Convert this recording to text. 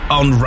on